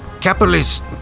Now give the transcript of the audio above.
capitalist